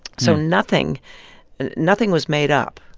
so nothing and nothing was made up.